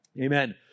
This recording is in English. Amen